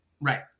Right